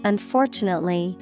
Unfortunately